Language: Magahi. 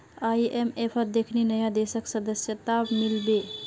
आईएमएफत देखनी नया देशक सदस्यता मिल बे